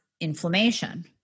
inflammation